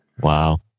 Wow